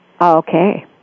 Okay